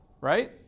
Right